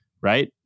right